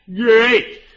Great